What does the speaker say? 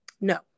no